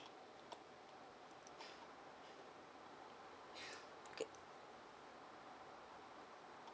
okay